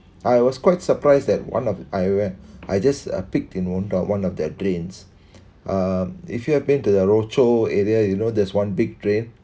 I was quite surprised at one of the I went I just uh peeked in one uh one of their drains uh if you have been to the Rochor area you know there's one big drain